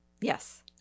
Yes